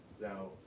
now